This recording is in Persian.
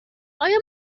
آیا